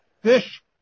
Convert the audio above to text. fish